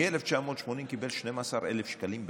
מ-1980 קיבל 12,000 שקלים בחודש.